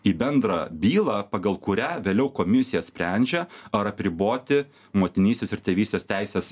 į bendrą bylą pagal kurią vėliau komisija sprendžia ar apriboti motinystės ir tėvystės teises